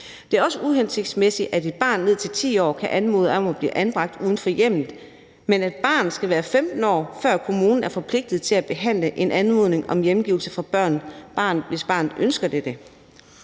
Det er også uhensigtsmæssigt, at et barn ned til 10 år kan anmode om at blive anbragt uden for hjemmet, men at et barn skal være 15 år, før kommunen er forpligtet til at behandle en anmodning om hjemgivelse af barnet, hvis barnet ønsker det.